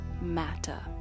matter